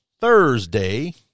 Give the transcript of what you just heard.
Thursday